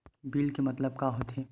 Bill के मतलब का होथे?